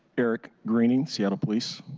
eric green, seattle police.